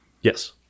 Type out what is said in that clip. Yes